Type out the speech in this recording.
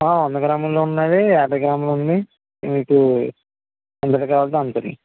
వంద గ్రాములు ఉన్నాది యాభై గ్రాములు ఉంది మీకు ఎంతటిది కావాలంటే అంతటిది